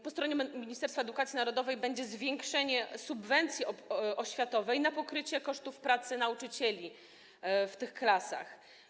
Po stronie Ministerstwa Edukacji Narodowej będzie zwiększenie subwencji oświatowej na pokrycie kosztów pracy nauczycieli w tych klasach.